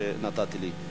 שנתת לי.